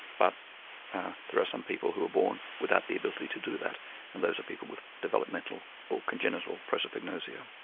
but there are some people who are born without the ability to do that and those are people with developmental or congenital prosopagnosia.